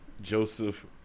Joseph